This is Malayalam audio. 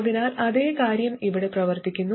അതിനാൽ അതേ കാര്യം ഇവിടെ പ്രവർത്തിക്കുന്നു